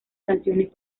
canciones